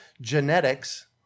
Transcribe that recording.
genetics